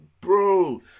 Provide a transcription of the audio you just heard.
bro